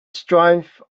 strength